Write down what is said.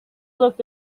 looked